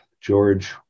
George